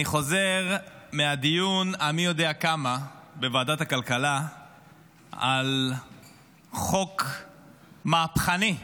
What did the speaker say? אני חוזר מהדיון המי-יודע-כמה בוועדת הכלכלה על חוק מהפכני.